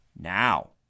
Now